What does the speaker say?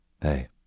Hey